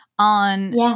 On